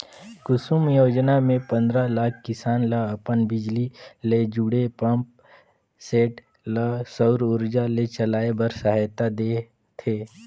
कुसुम योजना मे पंदरा लाख किसान ल अपन बिजली ले जुड़े पंप सेट ल सउर उरजा मे चलाए बर सहायता देह थे